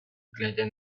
глядя